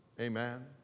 Amen